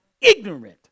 ignorant